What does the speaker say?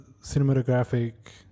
cinematographic